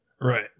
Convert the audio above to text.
Right